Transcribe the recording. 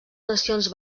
nacions